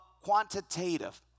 quantitative